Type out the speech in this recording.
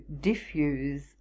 diffuse